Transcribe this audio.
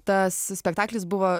tas spektaklis buvo